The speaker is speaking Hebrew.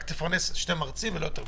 תפרנס שני מרצים, לא יותר מזה.